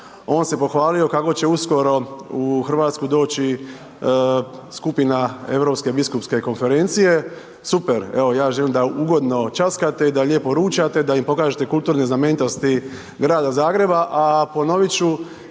on se pohvalio kako će uskoro u Hrvatsku doći skupina Europske biskupske konferencije. Super, evo ja želim da ugodno ćaskate i da lijepo ručate da im pokažete kulturne znamenitosti grada Zagreba. A ponovit ću,